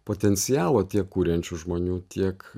potencialo tiek kuriančių žmonių tiek